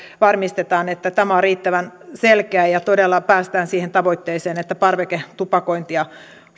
varmistetaan että tämä on riittävän selkeä ja todella päästään siihen tavoitteeseen että parveketupakointia